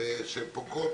שהן פוקעות